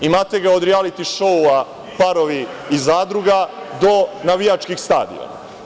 Imate ga od rijaliti šoua, „Parovi“ i „Zadruga“, do navijačkih stadiona.